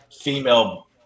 female